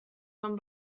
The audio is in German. vom